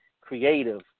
creative